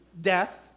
death